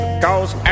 Cause